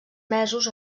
mesos